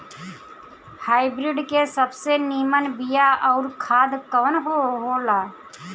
Hybrid के सबसे नीमन बीया अउर खाद कवन हो ला?